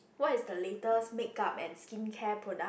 what is the latest makeup and skincare product